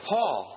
Paul